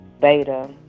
beta